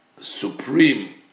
supreme